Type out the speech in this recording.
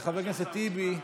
לחבר הכנסת טיבי,